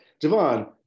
javon